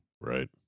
Right